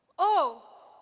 oh,